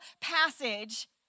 passage